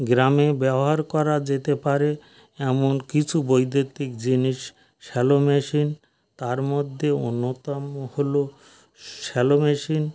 গ্রামে ব্যবহার করা যেতে পারে এমন কিছু বৈদ্যুতিক জিনিস স্যালো মেশিন তার মধ্যে অন্যতম হলো স্যালো মেশিন